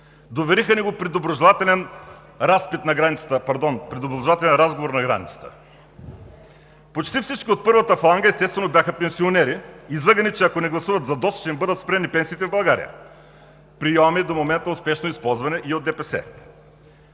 пардон, при доброжелателен разговор на границата. Почти всички от първата фаланга естествено бяха пенсионери, излъгани, че ако не гласуват за ДОСТ, ще им бъдат спрени пенсиите в България – приоми, до момента успешно използвани и от ДПС.